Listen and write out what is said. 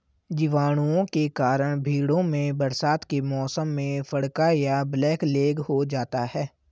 जीवाणुओं के कारण भेंड़ों में बरसात के मौसम में फड़का या ब्लैक लैग हो जाता है